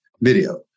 video